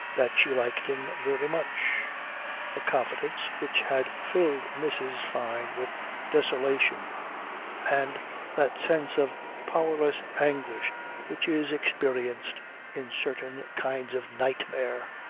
that she liked him very much a confidence which had filled mrs. fyne with desolation and that sense of powerless anguish which is experienced in certain kinds of nightmare.